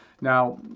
now